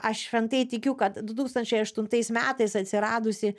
aš šventai tikiu kad du tūkstančiai aštuntais metais atsiradusi